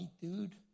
dude